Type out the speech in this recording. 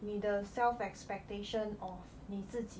你的 self expectation of 你自己